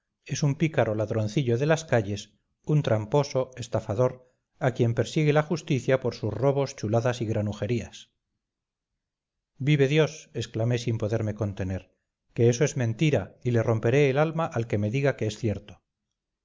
es un pícaro ladroncillo de las calles un tramposo estafador a quien persigue la justicia por sus robos chuladas y granujerías vive dios exclamé sin poderme contener que eso es mentira y le romperé el alma al que me diga que es cierto